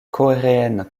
coréennes